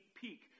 peek